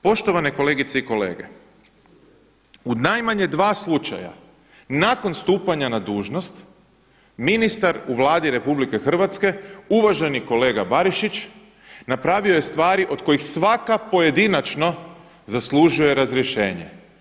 Poštovane kolegice i kolege, u najmanje dva slučaja nakon stupanja na dužnost ministar u Vladi Republike Hrvatske uvaženi kolega Barišić napravio je stvari od kojih svaka pojedinačna zaslužuje razrješenje.